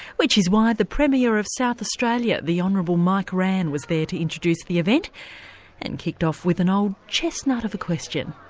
which is why the premier of south australia, the honourable mike rann was there to introduce the event and kicked off with an old chestnut of a question.